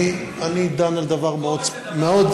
אני דן על דבר מאוד ספציפי.